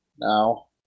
now